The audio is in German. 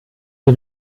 mir